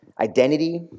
Identity